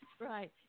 Right